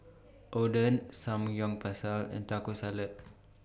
Oden Samgeyopsal and Taco Salad